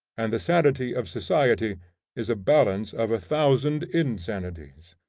and the sanity of society is a balance of a thousand insanities.